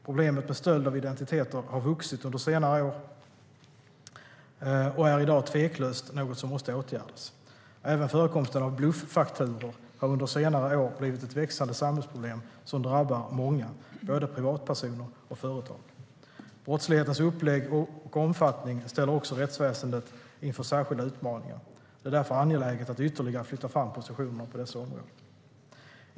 Problemet med stöld av identiteter har vuxit under senare år och är i dag tveklöst något som måste åtgärdas. Även förekomsten av blufffakturor har under senare år blivit ett växande samhällsproblem som drabbar många, både privatpersoner och företag. Brottslighetens upplägg och omfattning ställer också rättsväsendet inför särskilda utmaningar. Det är därför angeläget att ytterligare flytta fram positionerna på dessa områden.